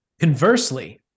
Conversely